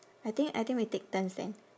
I think I think we take turns then